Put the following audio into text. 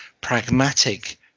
pragmatic